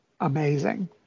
amazing